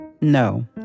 No